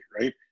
right